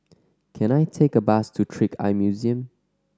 can I take a bus to Trick Eye Museum